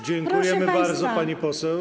Dziękuję bardzo, pani poseł.